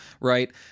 right